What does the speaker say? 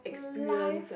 life